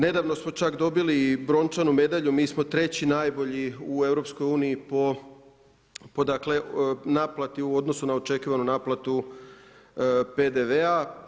Nedavno smo čak dobili i brončanu medalju, mi smo treći najbolji u EU-u po naplati u odnosu na očekivanu naplati PDV-a.